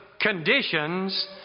conditions